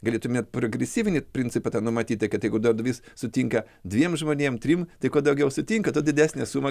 galėtumėt progresyvinį principą tą numatyta kad jeigu darbdavys sutinka dviem žmonėm trim tai kuo daugiau sutinka tuo didesnę sumą